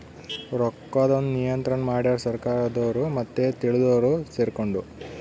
ರೊಕ್ಕದ್ ಒಂದ್ ನಿಯಂತ್ರಣ ಮಡ್ಯಾರ್ ಸರ್ಕಾರದೊರು ಮತ್ತೆ ತಿಳ್ದೊರು ಸೆರ್ಕೊಂಡು